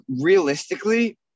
realistically